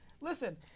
Listen